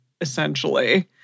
essentially